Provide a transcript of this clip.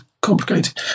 complicated